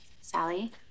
Sally